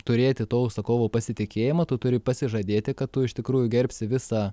turėti to užsakovo pasitikėjimą tu turi pasižadėti kad tu iš tikrųjų gerbsi visą